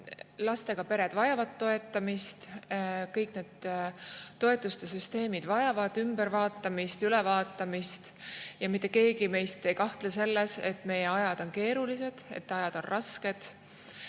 lastega pered vajavad toetamist. Kõik need toetuste süsteemid vajavad ülevaatamist. Mitte keegi meist ei kahtle selles, et ajad on keerulised, ajad on rasked.